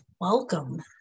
Welcome